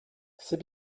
c’est